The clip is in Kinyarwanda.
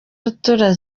rutura